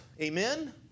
Amen